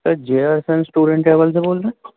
sir J S N tour and travel سے بول رہے ہیں